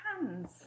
hands